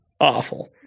awful